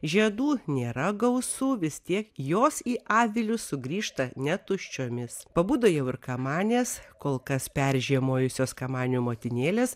žiedų nėra gausu vis tiek jos į avilius sugrįžta ne tuščiomis pabudo jau ir kamanės kol kas peržiemojusios kamanių motinėlės